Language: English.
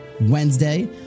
Wednesday